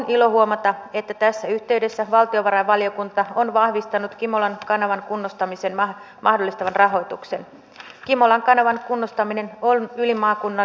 herätän vain kysymyksen aidosti keskusteluun että pitäisikö nyt tehdä erilaisia vaikuttavuusarviointeja myöskin paikallisesta sopimisesta vaikka saksan ja ruotsin malliin pitäisikö ne analysoida mukaan kun tehdään päätöksiä tässä lähiaikoina